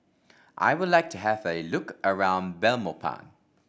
I would like to have a look around Belmopan